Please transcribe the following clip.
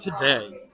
today